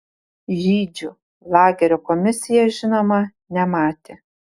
žydžių lagerio komisija žinoma nematė